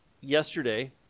yesterday